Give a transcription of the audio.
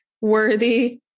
worthy